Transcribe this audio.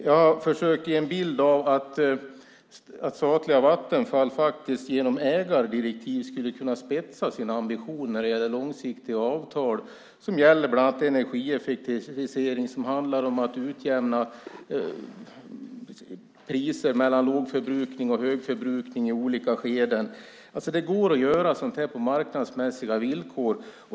Jag försöker ge en bild av att statliga Vattenfall genom ägardirektiv skulle kunna spetsa sina ambitioner i långsiktiga avtal som gäller bland annat energieffektivisering. Det handlar om att utjämna priser mellan lågförbrukning och högförbrukning i olika skeden. Det går att göra sådant på marknadsmässiga villkor.